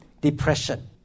Depression